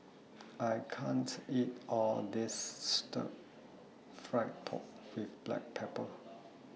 I can't eat All of This Stir Fry Pork with Black Pepper